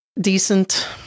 decent